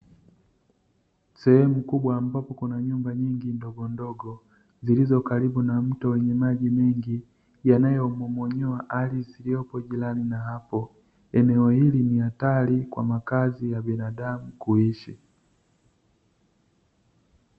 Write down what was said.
Sehemu kubwa ambapo kuna nyumba nyingi ndogondogo, zilizo karibu na mto wenye maji mengi, yanayomomonyoa ardhi iliyopo jirani na hapo. Eneo hili ni hatari kwa makazi ya binadamu kuishi.